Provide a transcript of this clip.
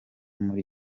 muri